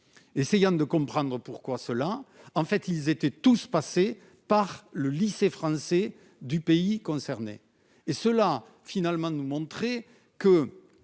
essayant de comprendre pourquoi cela en fait, ils étaient tous passés par le lycée français du pays concerné, et cela finalement nous montrer que